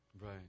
Right